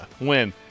Win